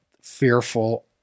fearful